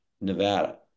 Nevada